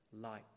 light